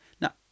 Now